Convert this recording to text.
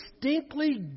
distinctly